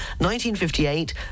1958